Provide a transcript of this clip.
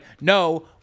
no